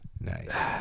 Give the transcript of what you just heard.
Nice